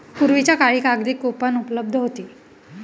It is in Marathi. पूर्वीच्या काळी कागदी कूपन उपलब्ध होती